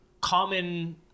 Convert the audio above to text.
common